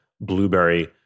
blueberry